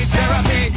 Therapy